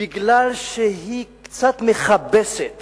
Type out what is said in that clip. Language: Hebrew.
כי היא קצת מכבסת